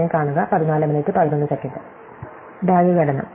സമയം കാണുക 1411 DAG ഘടന